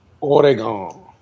Oregon